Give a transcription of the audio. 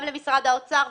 גם למשרד האוצר,